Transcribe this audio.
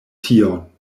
tion